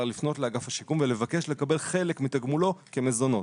לפנות לאגף השיקום ולבקש לקבל חלק מתגמולו כמזונות.